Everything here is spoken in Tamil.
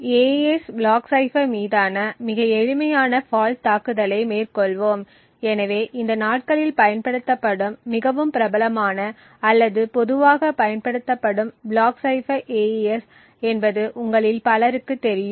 AES பிளாக் சைபர் மீதான மிக எளிமையான ஃபால்ட் தாக்குதலை மேற்கொள்வோம் எனவே இந்த நாட்களில் பயன்படுத்தப்படும் மிகவும் பிரபலமான அல்லது பொதுவாக பயன்படுத்தப்படும் பிளாக் சைபர் AES என்பது உங்களில் பலருக்கு தெரியும்